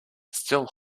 still